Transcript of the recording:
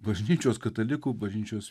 bažnyčios katalikų bažnyčios